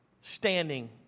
standing